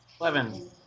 eleven